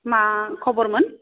मा खबरमोन